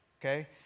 Okay